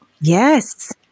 Yes